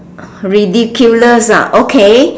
ridiculous ah okay